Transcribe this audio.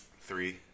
Three